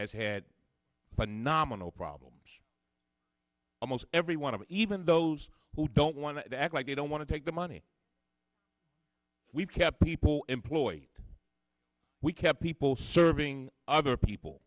has had phenomenal problems almost every one of even those who don't want to act like you don't want to take the money we've kept people employed we kept people serving other people